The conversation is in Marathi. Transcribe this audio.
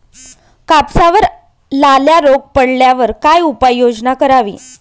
कापसावर लाल्या रोग पडल्यावर काय उपाययोजना करावी?